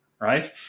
right